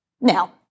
Now